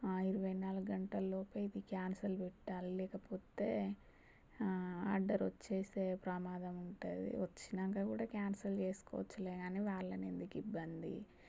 ఇరవై నాలుగు గంటలలోపే ఇది క్యాన్సల్ పెట్టాలి లేకపోతే ఆర్డర్ వచ్చేసే ప్రమాదం ఉంటుంది వచ్చినాక కూడా క్యాన్సల్ చేసుకోవచ్చలే గానీ వాళ్ళని ఎందుకు ఇబ్బంది